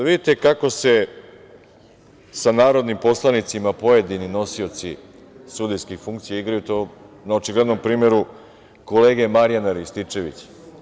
Vidite kako se sa narodnim poslanicima pojedini nosioci sudijskih funkcija igraju, to je na očiglednom primeru kolege Marjana Rističevića.